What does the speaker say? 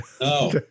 No